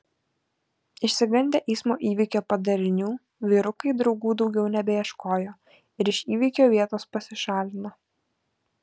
išsigandę eismo įvykio padarinių vyrukai draugų daugiau nebeieškojo ir iš įvykio vietos pasišalino